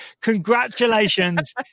Congratulations